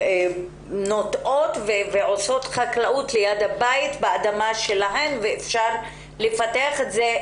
נוטעות ועושות חקלאות ליד הבית באדמה שלהן ואפשר לפתח את זה.